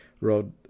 wrote